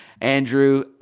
Andrew